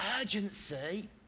urgency